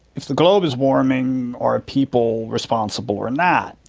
if the globe is warming, are people responsible or not?